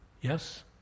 Yes